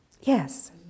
Yes